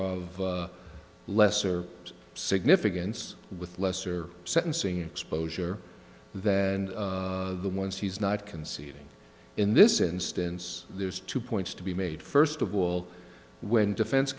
of lesser significance with lesser sentencing exposure than the ones he's not conceding in this instance there's two points to be made first of all when defense